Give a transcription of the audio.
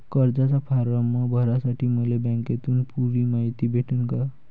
कर्जाचा फारम भरासाठी मले बँकेतून पुरी मायती भेटन का?